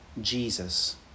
Jesus